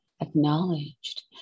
acknowledged